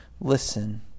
listen